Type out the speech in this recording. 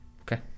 okay